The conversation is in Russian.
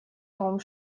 том